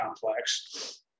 complex